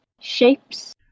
shapes